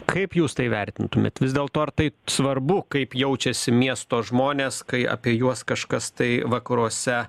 kaip jūs tai vertintumėt vis dėlto ar tai svarbu kaip jaučiasi miesto žmonės kai apie juos kažkas tai vakaruose